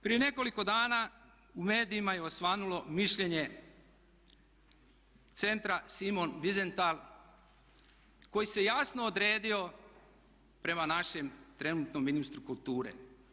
Prije nekoliko dana u medijima je osvanulo mišljenje centra Simon Visental koji se jasno odredio prema našem trenutnom ministru kulture.